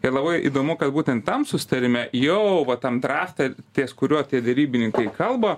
ir labai įdomu kad būtent tam susitarime jau va tam drafte ties kuriuo derybininkai kalba